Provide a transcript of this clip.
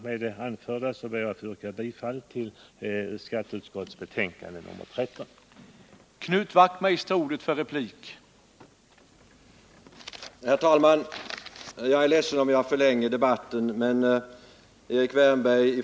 Med det anförda ber jag att få yrka bifall till vad skatteutskottet hemställt i sitt betänkande nr 13.